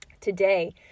today